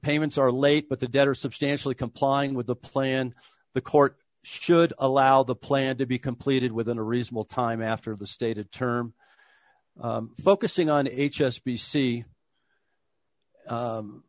payments are late but the debtor substantially complying with the plan the court should allow the plan to be completed within a reasonable time after the stated term focusing on h s b c